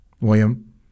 William